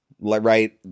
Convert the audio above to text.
right